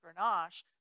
grenache